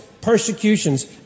persecutions